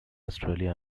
australia